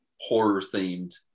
horror-themed